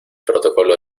protocolo